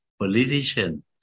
politician